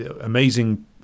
amazing